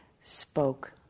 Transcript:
spoke